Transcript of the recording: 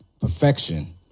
Perfection